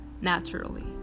naturally